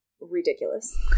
ridiculous